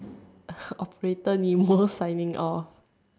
operator Nemo signing off